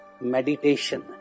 meditation